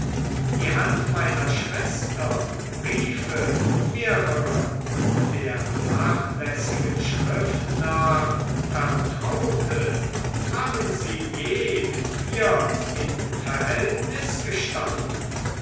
die hand meiner schwester briefe mehrere der nachlässigen schrift nach vertraute haben sie je mit ihr in verhältnis gestanden